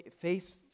face